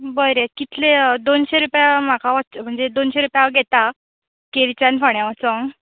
बरें कितले दोनशे रुपया म्हाका म्हणजे दोनशे रुपया हांव घेतां केरीच्यान फोण्या वचूंक